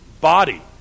body